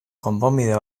konponbide